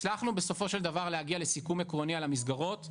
הצלחנו בסופו של דבר להגיע לסיכום עקרוני על המסגרות,